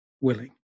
willing